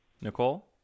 Nicole